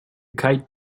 kite